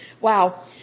Wow